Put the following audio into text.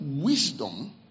wisdom